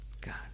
God